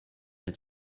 had